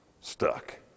stuck